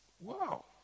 Wow